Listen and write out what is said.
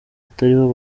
atariho